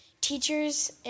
teachers